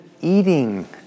eating